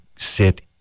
Sit